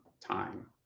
time